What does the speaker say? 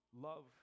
love